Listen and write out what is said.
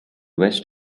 west